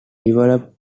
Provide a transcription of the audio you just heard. developed